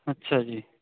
ਅੱਛਾ ਜੀ